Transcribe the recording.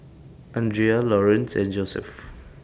Andrea Laurance and Joseph